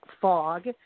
fog